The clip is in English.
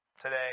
today